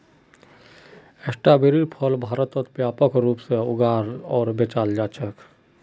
स्ट्रोबेरीर फल भारतत व्यापक रूप से उगाल आर बेचाल जा छेक